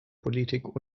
politik